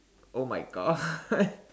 oh my God